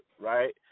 Right